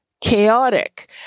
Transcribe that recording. chaotic